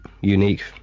unique